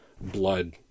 blood